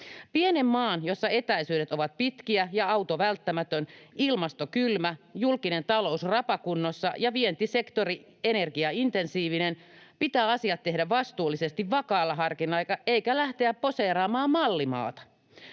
Pienen maan, jossa etäisyydet ovat pitkiä ja auto välttämätön, ilmasto kylmä, julkinen talous rapakunnossa ja vientisektori energiaintensiivinen, pitää tehdä asiat vastuullisesti vakaalla harkinnalla eikä lähteä poseeraamaan mallimaata.